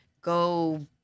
go